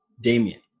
Damien